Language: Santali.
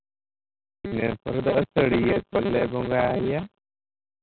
ᱱᱤᱭᱟᱹ ᱠᱚᱨᱮ ᱫᱚ ᱟᱹᱥᱟᱲᱤᱭᱟᱹ ᱠᱚᱞᱮ ᱵᱚᱸᱜᱟ ᱟᱭᱟ